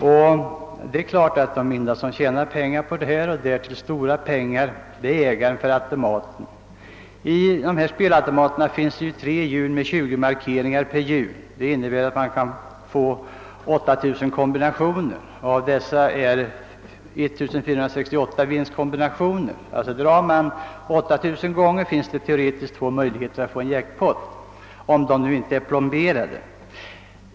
Det står klart att den ende som tjänar pengar, och därtill stora pengar, är ägaren av automaten. Spelautomaterna har tre hjul med 20 markeringar per hjul. Det möjliggör 8 000 olika kombinationer. Av dessa är 1468 vinstkombinationer. Drar man 8000 gånger finns det teoretiskt två möjligheter att få jackpot, om nu inte apparaten är plomberad.